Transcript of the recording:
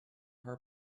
her